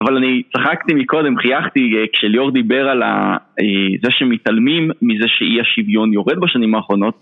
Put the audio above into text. אבל אני צחקתי מקודם, חייכתי, כשליאור דיבר על זה שמתעלמים מזה שאי השוויון יורד בשנים האחרונות